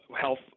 health